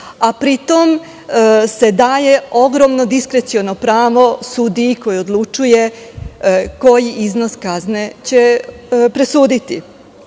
a pri tome se daje ogromno diskreciono pravo sudiji, koji odlučuje koji iznos kazne će presuditi. Dakle,